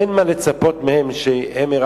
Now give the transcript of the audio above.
אין מה לצפות מהם שירחמו,